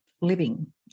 living